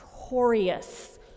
notorious